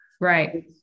Right